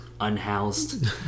unhoused